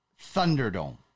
Thunderdome